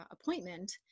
appointment